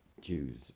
Jews